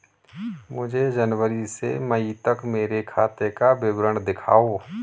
मुझे जनवरी से मई तक मेरे खाते का विवरण दिखाओ?